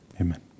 Amen